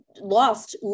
lost